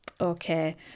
Okay